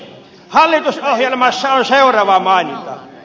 hallitusohjelmassa on seuraava maininta